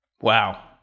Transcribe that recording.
Wow